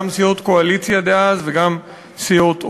גם סיעות קואליציה דאז וגם סיעות אופוזיציה,